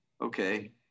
okay